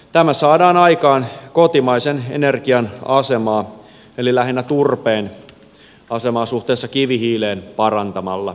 tämä saadaan aikaan kotimaisen energian asemaa eli lähinnä turpeen asemaa suhteessa kivihiileen parantamalla